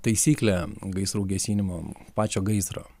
taisyklė gaisrų gesinimo pačio gaisro